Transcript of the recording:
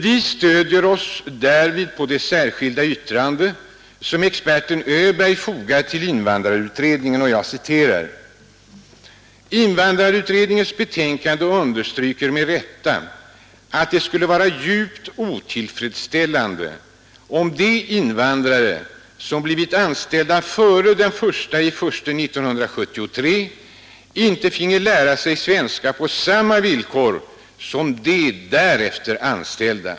Vi stöder oss därvid på det särskilda yttrande som experten Öberg fogat till invandrarutredningen: ”Invandrarutredningens betänkande understryker med rätta att det skulle vara djupt otillfredsställande om de invandrare som blivit anställda före den 1.1.1973 inte finge lära sig svenska på samma villkor som de därefter anställda.